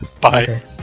Bye